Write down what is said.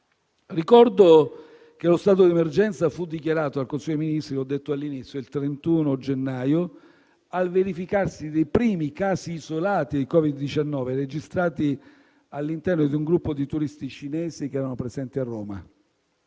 Ricordo che lo stato d'emergenza fu dichiarato al Consiglio dei ministri, come ho detto all'inizio, il 31 gennaio, al verificarsi dei primi casi isolati di Covid-19 registrati all'interno di un gruppo di turisti cinesi che erano presenti a Roma.